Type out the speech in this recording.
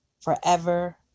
forever